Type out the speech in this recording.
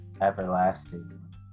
everlasting